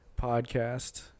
podcast